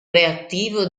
reattivo